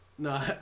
No